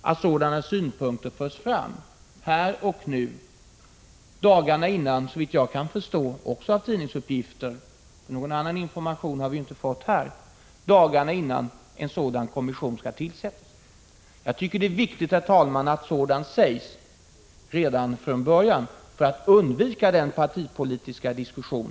Jag tycker att det är viktigt att det görs här och nu, såvitt jag kan förstå av tidningsuppgifter — någon annan information har vi inte fått här — några dagar innan någon form av kommissionen skall tillsättas. Jag tycker att det är viktigt, herr talman, att sådant sägs redan från början.